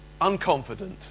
unconfident